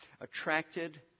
attracted